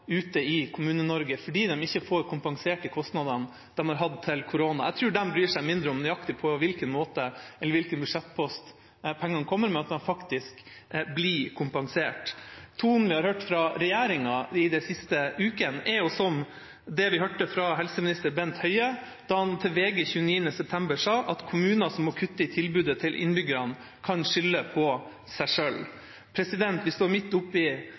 ute i Kommune-Norge fordi kommunene ikke får kompensert de kostnadene de har hatt til korona. Jeg tror de bryr seg mindre om nøyaktig på hvilken måte eller på hvilken budsjettpost pengene kommer, enn at de faktisk blir kompensert. Tonen vi har hørt fra regjeringa i den siste uka, er som det vi hørte fra helseminister Bent Høie da han til VG 29. september sa: «Kommuner som må kutte i tilbudet til innbyggerne kan skylde på seg selv». Vi står midt